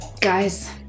guys